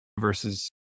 versus